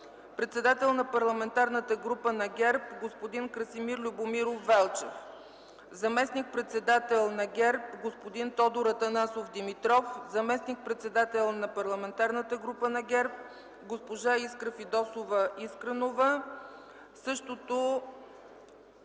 председател на Парламентарната група на ГЕРБ – господин Красимир Любомиров Велчев; - заместник-председател на Парламентарната група на ГЕРБ – господин Тодор Атанасов Димитров; - заместник-председател на Парламентарната група на ГЕРБ – госпожа Искра Фидосова Искренова.” Същото